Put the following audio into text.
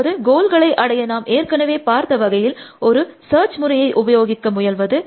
அதாவது கோல்களை அடைய நாம் ஏற்கெனவே பார்த்த வகையில் ஒரு சர்ச் முறையை உபயோகிக்க முயல்வது